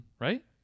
Right